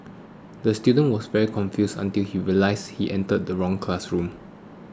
the student was very confused until he realised he entered the wrong classroom